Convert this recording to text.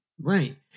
Right